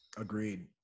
Agreed